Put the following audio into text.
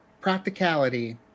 practicality